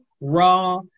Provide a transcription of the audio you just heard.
raw